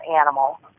animal